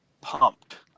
pumped